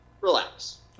relax